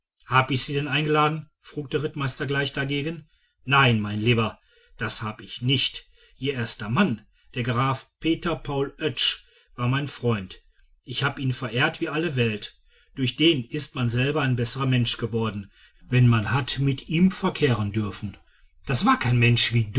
hab ich sie denn eingeladen frug der rittmeister gleich dagegen nein mein lieber das hab ich nicht ihr erster mann der graf peter paul oetsch war mein freund ich hab ihn verehrt wie alle welt durch den ist man selber ein besserer mensch geworden wenn man hat mit ihm verkehren dürfen das war kein mensch wie